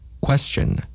Question